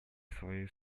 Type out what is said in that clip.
свою